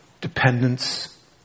dependence